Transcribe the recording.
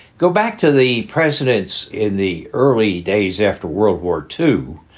go back to the presidents in the early days after world war two,